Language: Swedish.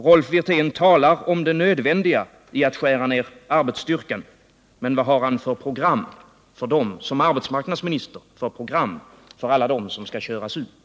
Rolf Wirtén talar om det nödvändiga i att skära ner arbetsstyrkan, men vad har han som arbetsmarknadsminister för program för alla dem som skall köras ut?